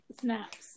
Snaps